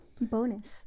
bonus